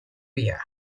ria